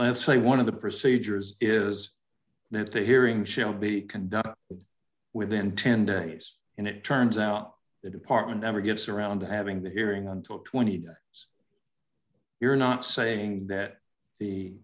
left say one of the procedures is that the hearing shall be conducted within ten days and it turns out the department ever gets around to having the hearing until twenty so you're not saying that the